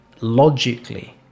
logically